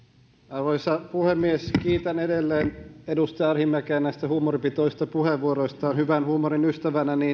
arvoisa puhemies kiitän edelleen edustaja arhinmäkeä näistä huumoripitoisista puheenvuoroista hyvän huumorin ystävänä